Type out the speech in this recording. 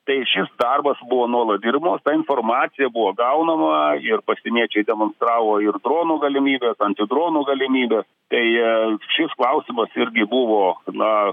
tai šis darbas buvo nuolat dirbamas ta informacija buvo gaunama ir pasieniečiai demonstravo ir dronų galimybes antidronų galimybes tai šis klausimas irgi buvo na